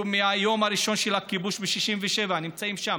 מהיום הראשון של הכיבוש ב-67' הם נמצאים שם.